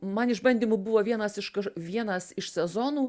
man išbandymu buvo vienas iš vienas iš sezonų